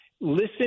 Listen